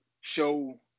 show –